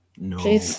No